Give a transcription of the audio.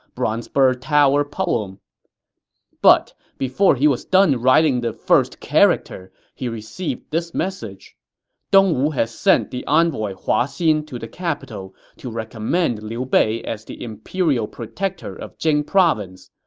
bronze bird tower poem but before he was done with writing the first character, he received this message dongwu has sent the envoy hua xin to the capital to recommend liu bei as the imperial protector of jing province.